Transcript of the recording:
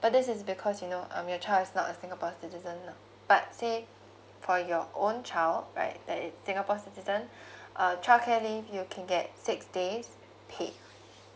but this is because you know um your child is not a singapore citizen know but say for your own child right that is singapore citizen uh childcare leave you can get six days paid